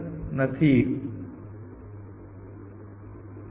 આ સર્ચ અહીં કેવી રીતે જશે અને તેને ફરીથી આ સ્પેસમાં પ્રયાસ કરશે